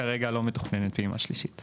כרגע לא מתוכננת פעימה שלישית.